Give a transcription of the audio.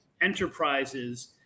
enterprises